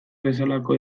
bezalako